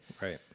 Right